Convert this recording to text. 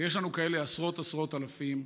ויש לנו כאלה עשרות עשרות אלפים.